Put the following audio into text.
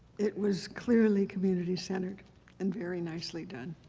it was clearly community-centered and very nicely done.